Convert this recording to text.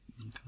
Okay